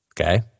Okay